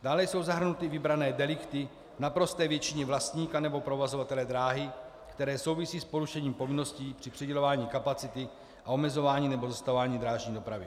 Dále jsou zahrnuty vybrané delikty v naprosté většině vlastníka nebo provozovatele dráhy, které souvisí s porušením povinností při přidělování kapacity a omezování nebo zastavování drážní dopravy.